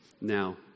now